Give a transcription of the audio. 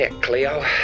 Cleo